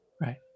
Right